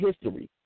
history